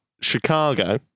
Chicago